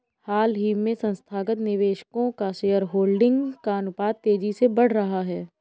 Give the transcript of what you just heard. हाल ही में संस्थागत निवेशकों का शेयरहोल्डिंग का अनुपात तेज़ी से बढ़ रहा है